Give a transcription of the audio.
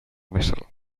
vessel